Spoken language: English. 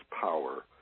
power